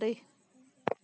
ᱫᱟᱨᱮ